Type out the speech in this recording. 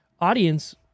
Audience